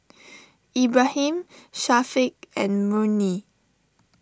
Ibrahim Syafiq and Murni